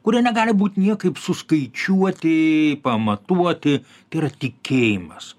kurie negali būt niekaip suskaičiuoti pamatuoti tai yra tikėjimas